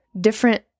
different